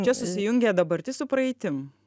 čia susijungia dabartis su praeitim